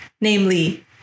namely